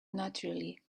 naturally